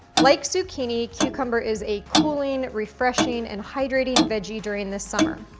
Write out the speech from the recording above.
like zucchini, cucumber is a cooling, refreshing and hydrating veggie during the summer.